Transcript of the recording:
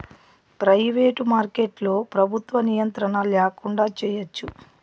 private మార్కెట్లో ప్రభుత్వ నియంత్రణ ల్యాకుండా చేయచ్చు